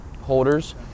holders